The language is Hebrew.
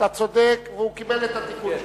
הוא קיבל את התיקון שלך.